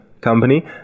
Company